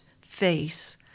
face